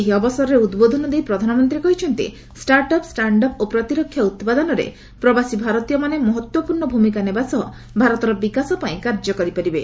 ଏହି ଅବସରରେ ଉଦ୍ବୋଧନ ଦେଇ ପ୍ରଧାନମନ୍ତ୍ରୀ କହିଛନ୍ତି ଷ୍ଟାର୍ଟ୍ଅପ୍ ଷ୍ଟାଣ୍ଡଅପ୍ ଓ ପ୍ରତିରକ୍ଷା ଉତ୍ପାଦନରେ ପ୍ରବାସୀ ଭାରତୀୟମାନେ ମହତ୍ୱପୂର୍ଣ୍ଣ ଭୂମିକା ନେବା ସହ ଭାରତର ବିକାଶ ପାଇଁ କାର୍ଯ୍ୟ କରିପାରିବେ